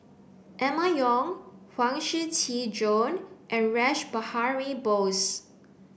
Emma Yong Huang Shiqi Joan and Rash Behari Bose